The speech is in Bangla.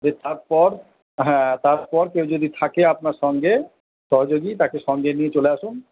যে তারপর হ্যাঁ তারপর কেউ যদি থাকে আপনার সঙ্গে সহযোগী তাকে সঙ্গে নিয়ে চলে আসুন